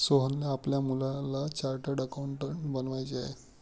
सोहनला आपल्या मुलाला चार्टर्ड अकाउंटंट बनवायचे आहे